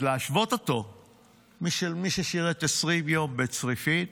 אז להשוות אותו למי ששירת 20 יום בצריפין,